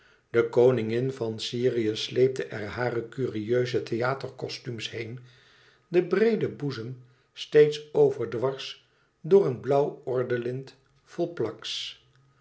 de koningin van syrië sleepte er hare curieuze theaterkostuums heen den breeden boezem steeds overdwarst door een blauw ordelint vol